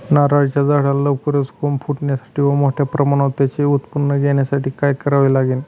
नारळाच्या झाडाला लवकर कोंब फुटण्यासाठी व मोठ्या प्रमाणावर त्याचे उत्पादन घेण्यासाठी काय करावे लागेल?